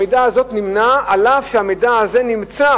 המידע הזה נמנע אף שהוא נמצא.